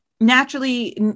naturally